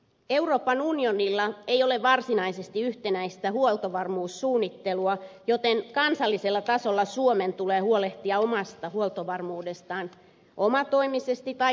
euroopan unionilla ei ole varsinaisesti yhtenäistä huoltovarmuussuunnittelua joten kansallisella tasolla suomen tulee huolehtia omasta huoltovarmuudestaan omatoimisesti tai kahdenvälisin sopimuksin